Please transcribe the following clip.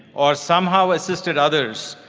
or somehow assisted others,